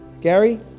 Gary